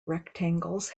rectangles